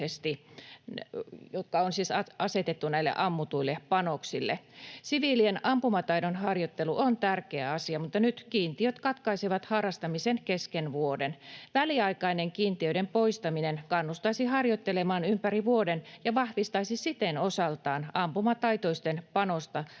poikkeuksellisesti asetettu näille ammutuille panoksille? Siviilien ampumataidon harjoittelu on tärkeä asia, mutta nyt kiintiöt katkaisevat harrastamisen kesken vuoden. Väliaikainen kiintiöiden poistaminen kannustaisi harjoittelemaan ympäri vuoden ja vahvistaisi siten osaltaan ampumataitoisten panosta